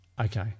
Okay